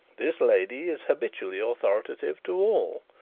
this lady is habitually authoritative to all,